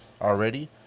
already